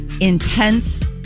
Intense